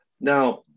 Now